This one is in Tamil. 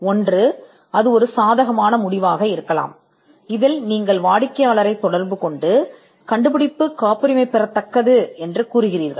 ஒன்று இது ஒரு சாதகமான முடிவாக இருக்கலாம் அங்கு கண்டுபிடிப்பு காப்புரிமை பெறக்கூடியது என்று நீங்கள் வாடிக்கையாளருடன் தொடர்புகொள்கிறீர்கள்